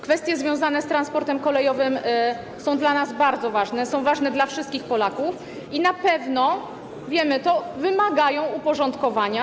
Kwestie związane z transportem kolejowym są dla nas bardzo ważne, są ważne dla wszystkich Polaków, i na pewno, wiemy to, wymagają uporządkowania.